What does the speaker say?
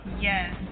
Yes